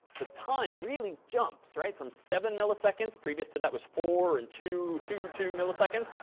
the time really jumps, right, from seven milliseconds previous to that was four and two, two, two milliseconds.